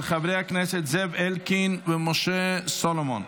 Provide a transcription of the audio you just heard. של חברי הכנסת זאב אלקין ומשה סולומון.